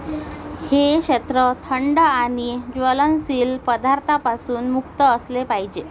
हे क्षेत्र थंड आणि ज्वलनशील पदार्थांपासून मुक्त असले पाहिजे